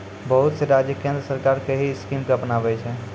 बहुत से राज्य केन्द्र सरकार के ही स्कीम के अपनाबै छै